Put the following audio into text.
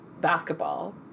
basketball